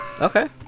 Okay